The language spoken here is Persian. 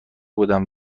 بودم